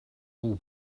all